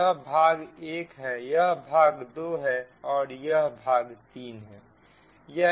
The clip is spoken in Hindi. यह भाग 1 है यह भाग 2 है और यह भाग 3 है